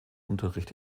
unterricht